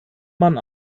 man